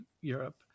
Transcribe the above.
Europe